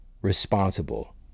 responsible